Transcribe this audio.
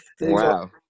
Wow